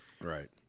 Right